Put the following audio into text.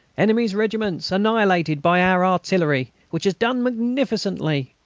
enemy's regiments annihilated by our artillery, which has done magnificently.